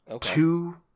Two